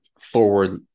forward